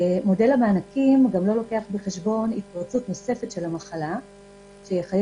מודל המענקים גם לא לוקח בחשבון התפרצות נוספת של המחלה שיחייב,